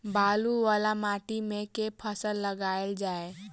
बालू वला माटि मे केँ फसल लगाएल जाए?